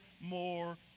more